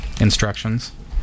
instructions